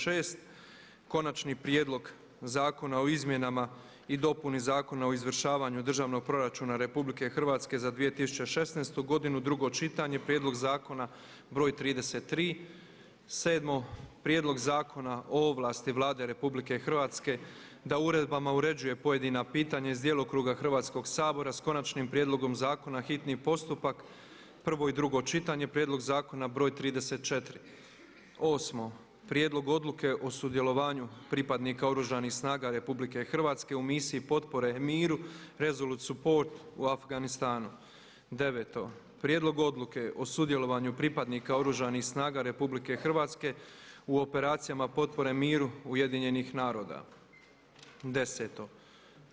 6.Konačni prijedlog Zakona o izmjenama i dopuni Zakona o izvršavanju državnog proračuna RH za 2016. godinu, drugo čitanje, P.Z.BR.33., 7.Prijedlog Zakona o ovlasti Vlade RH da uredbama uređuje pojedina pitanja iz djelokruga Hrvatskog sabora s konačnim prijedlogom zakona, hitni postupak, prvo i drugo čitanje, P.Z.BR.34., 8.Prijedlog Odluke o sudjelovanju pripadnika Oružanih snaga RH u misiji potpore miru, resolute support u Afganistanu, 9.Prijedlog Odluke o sudjelovanju pripadnika Oružanih snaga RH u operacijama potpore miru UN-a, 10.